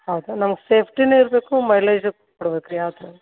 ಹೌದಾ ನಮ್ಗೆ ಸೇಫ್ಟಿಯೂ ಇರಬೇಕು ಮೈಲೇಜು ಕೊಡ್ಬೇಕು ರೀ ಯಾವುದು